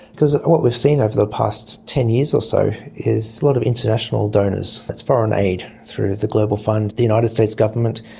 because what we've seen over the past ten years or so is a lot of international donors, that's foreign aid through the global fund, the united states government,